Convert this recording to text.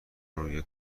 روی